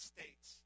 States